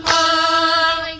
o